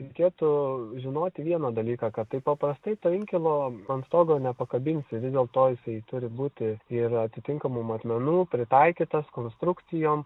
reikėtų žinoti vieną dalyką kad taip paprastai to inkilo ant stogo nepakabinsi dėl to jisai turi būti ir atitinkamų matmenų pritaikytas konstrukcijom